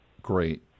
Great